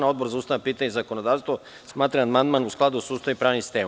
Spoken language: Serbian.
Odbor za ustavna pitanja i zakonodavstvo smatra da je amandman u skladu sa Ustavom i pravnim sistemom.